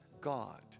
God